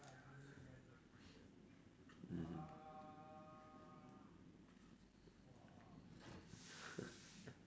mmhmm